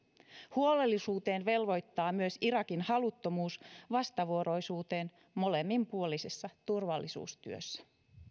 huolellisuuteen velvoittaa myös irakin haluttomuus vastavuoroisuuteen molemminpuolisessa turvallisuustyössä